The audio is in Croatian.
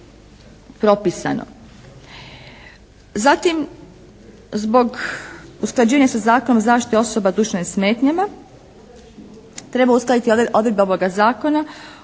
Zatim, zbog usklađenja sa Zakonom o zaštiti osoba s duševnim smetnjama treba uskladiti odredbe ovoga zakona